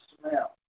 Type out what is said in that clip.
smell